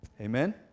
Amen